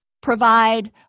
provide